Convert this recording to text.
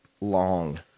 long